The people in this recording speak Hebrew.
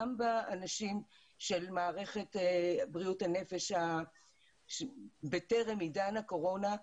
גם באנשים של מערכת בריאות הנפש בטרם עידן הקורונה,